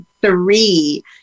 three